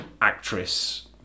actress